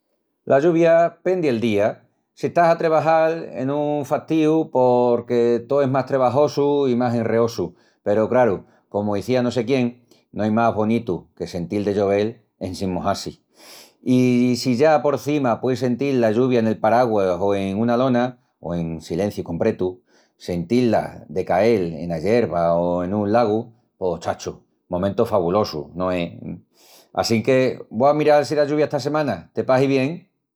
La lluvia, pendi'l día. Si estás a trebajal es un fastíu porque tó es más trebajosu i más enreosu. Peru, craru, comu iziá no sé quién, no ai ná más bonitu que sentil de llovel en sin mojal-si. I si ya por cima pueis sentil la lluvia nel parauguas o en una lona, o en silenciu compretu, sentí-la de cael ena yerba o en un lagu... Pos, chacho! momentu fabulosu, no es? Assinque vo a miral si da lluvia esta semana, te pahi bien?